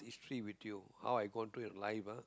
history with you how I go through in life ah